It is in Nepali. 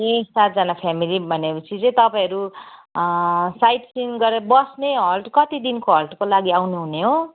ए सातजना फ्यामिली भनेपछि चाहिँ तपाईँहरू साइड सिन गरेर बस्ने हल्ट कति दिनको हल्टको लागि आउनुहुने हो